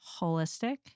holistic